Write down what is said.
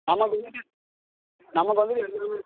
நமக்கு வந்துட்டு நமக்கு வந்துட்டு எல்லாமே